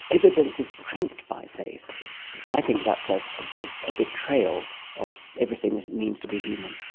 evidence is trumped by faith, and i think that's ah a ah a betrayal of everything that it means to be human.